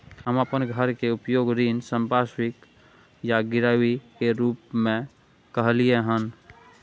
हम अपन घर के उपयोग ऋण संपार्श्विक या गिरवी के रूप में कलियै हन